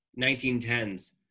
1910s